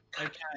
Okay